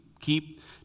Keep